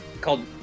Called